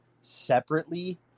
separately